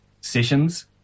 sessions